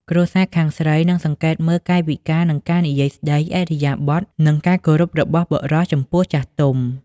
គ្រួសារខាងស្រី និងសង្កេតមើលកាយវិការ ការនិយាយស្តី ឥរិយាបថ និងការគោរពរបស់បុរសចំពោះចាស់ទុំ។